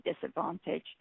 disadvantage